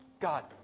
God